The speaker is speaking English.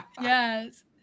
Yes